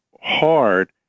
hard